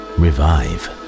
revive